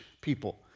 people